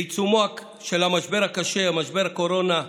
בעיצומו של המשבר הקשה, משבר הקורונה,